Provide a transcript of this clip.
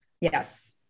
Yes